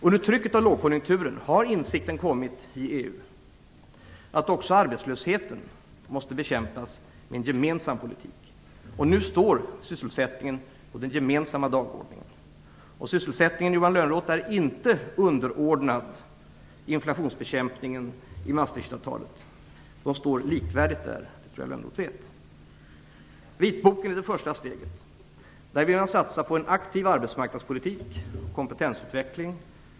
Under trycket av lågkonjunkturen har insikten kommit i EU att också arbetslösheten måste bekämpas med en gemensam politik. Nu står sysselsättningen på den gemensamma dagordningen. Sysselsättningen, Johan Lönnroth, är inte underordnad inflationsbekämpningen i Maastrichtavtalet. De behandlas likvärdigt där, och det tror jag att Johan Lönnroth vet. Vitboken är det första steget. Man vill satsa på en aktiv arbetsmarknadspolitik och kompetensutveckling.